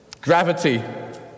gravity